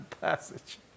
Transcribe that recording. passage